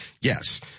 Yes